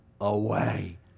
away